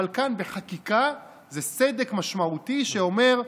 אבל כאן בחקיקה זה סדק משמעותי שאומר,